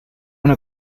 una